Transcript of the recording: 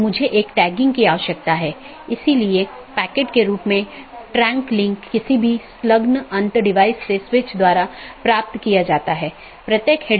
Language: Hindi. तो ये वे रास्ते हैं जिन्हें परिभाषित किया जा सकता है और विभिन्न नेटवर्क के लिए अगला राउटर क्या है और पथों को परिभाषित किया जा सकता है